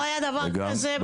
לא היה דבר כזה.